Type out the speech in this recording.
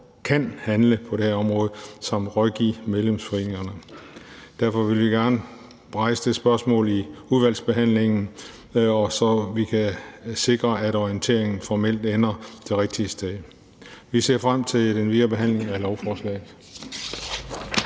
kan handle på det her område samt rådgive medlemsforeningerne. Derfor vil vi gerne rejse det spørgsmål i udvalgsbehandlingen, så vi kan sikre, at orienteringen formelt ender det rigtige sted. Vi ser frem til den videre behandling af lovforslaget.